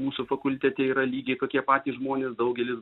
mūsų fakultete yra lygiai tokie patys žmonės daugelis